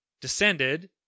descended